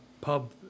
pub